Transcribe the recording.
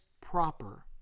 proper